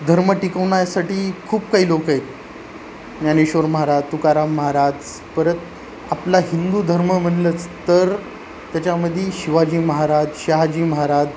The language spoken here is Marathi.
धर्म टिकवण्यासाठी खूप काही लोक आहेत ज्ञानेश्वर महाराज तुकाराम महाराज परत आपला हिंदू धर्म म्हणलंच तर त्याच्यामध्ये शिवाजी महाराज शहाजी महाराज